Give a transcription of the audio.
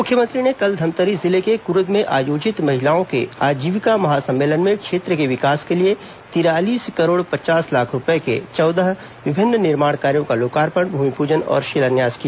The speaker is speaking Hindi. मुख्यमंत्री ने कल धमतरी जिले के क्रूद में आयोजित महिलाओं के आजीविका महासम्मेलन में क्षेत्र के विकास के लिए तिरालीस करोड़ पचास लाख रूपए के चौदह विभिन्न निर्माण कार्यो का लोकार्पण भूमिपूजन और शिलान्यास किया